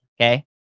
Okay